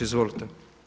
Izvolite.